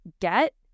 get